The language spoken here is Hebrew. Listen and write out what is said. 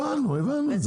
הבנו, הבנו.